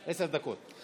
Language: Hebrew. עשר דקות.